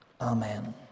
Amen